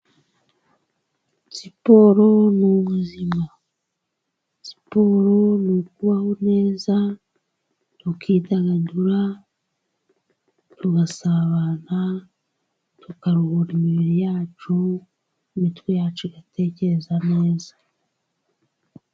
Siporo ni ubuzima. Siporo ni ukubaho neza, tukidagadura, tugasabana, tukaruhura imibiri yacu, imitwe yacu igatekereza neza.